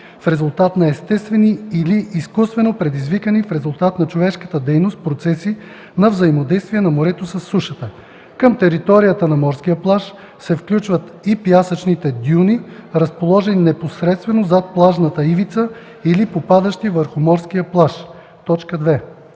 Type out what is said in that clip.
в резултат на естествени или изкуствено предизвикани в резултат на човешка дейност процеси на взаимодействие на морето със сушата. Към територията на морския плаж се включват и пясъчните дюни, разположени непосредствено зад плажната ивица или попадащи върху морския плаж.”